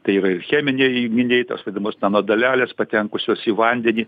tai ir cheminiai junginiai tos svetimos nanodalelės patekusios į vandenį